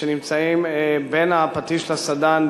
שנמצאים בין הפטיש לסדן,